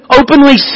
openly